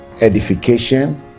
edification